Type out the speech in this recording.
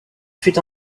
fut